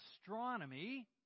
astronomy